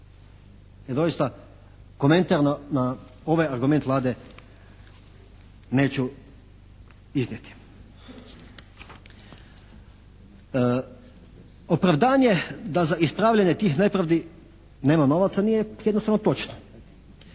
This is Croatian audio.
I doista, komentar na ovaj argument Vlade neću iznijeti. Opravdanje da za ispravljanje tih nepravdi nema novaca, nije jednostavno točna.